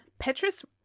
Petrus